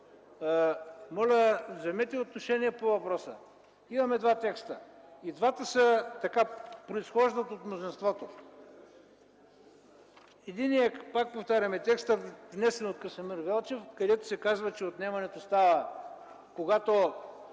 моля, вземете отношение по въпроса. Имаме два текста. И двата произхождат от мнозинството. Единият е текстът, внесен от Красимир Велчев, където се казва, че отнемането става, когато